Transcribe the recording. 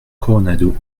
coronado